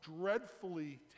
dreadfully